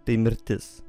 tai mirtis